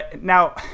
Now